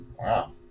Wow